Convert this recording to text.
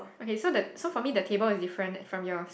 okay so the so for me the table is different from yours